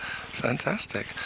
Fantastic